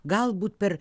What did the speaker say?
galbūt per